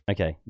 Okay